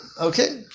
okay